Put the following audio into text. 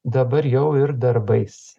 dabar jau ir darbais